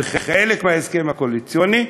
וחלק מההסכם הקואליציוני,